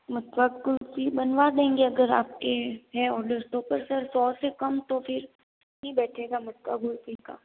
मटका कुल्फ़ी बनवा देंगे अगर आप का है ऑर्डर तो पर सर सौ से कम तो फिर नहीं बैठेगा मटका कुल्फ़ी का